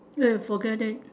eh forget it